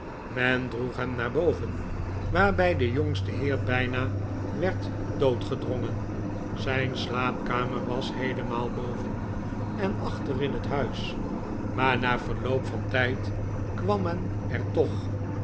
men droeg hem naar boven waarbij de jongste heer bijna werd doodgedrongen zijn slaapkamer was heelemaal boven en achter in het huis maar na verloop van tijd kwam men er toch